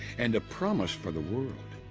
and a promise for the world.